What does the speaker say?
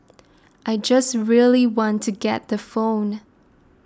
I just really want to get the phone